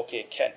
okay can